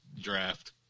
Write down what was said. draft